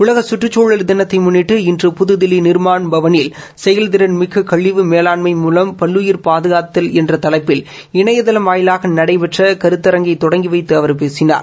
உலகச் சுற்றுச்சூழல் தினத்தை முன்னிட்டு இன்று புதுதில்லி நிர்மாண் பவனில் செயல் திறன் மிக்க கழிவு மேலாண்மை மூலம் பல்லுயிரைப் பாதுகாத்தல் என்ற தலைப்பில் இணையதளம் வாயிலாக நடைபெற்ற கருத்தரங்கை தொடங்கி வைத்து அவர் பேசினார்